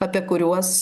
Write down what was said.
apie kuriuos